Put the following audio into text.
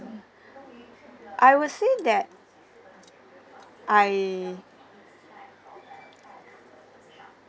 I will say that I